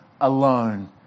alone